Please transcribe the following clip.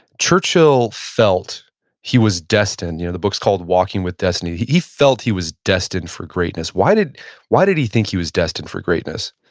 churchill felt he was destined, you know the book's called walking with destiny. he he felt he was destined for greatness. why did why did he think he was destined for greatness?